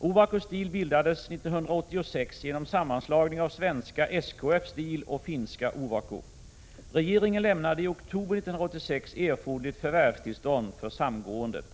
Ovako Steel bildades år 1986 genom sammanslagning av svenska SKF Steel och finska Ovako. Regeringen lämnade i oktober 1986 erforderligt förvärvstillstånd för samgåendet.